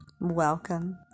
Welcome